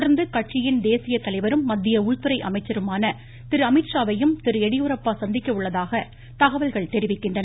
தொடா்ந்து கட்சியின் தேசிய தலைவரும் மத்திய உள்துறை அமைச்சருமான திரு அமீத்ஷா வையும் திரு எடியூரப்பா சந்திக்க உள்ளதாக தகவல்கள் தெரிவிக்கின்றன